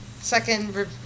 second